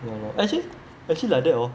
ya lor actually actually like that hor